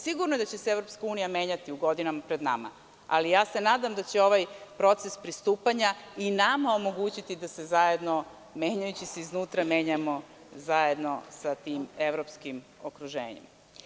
Sigurno je da će se EU menjati u godinama pred nama, ali nadam se da će ovaj proces pristupanja i nama omogućiti da se zajedno, menjajući se iznutra, menjamo sa tim evropskim okruženjem.